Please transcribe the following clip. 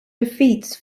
defeats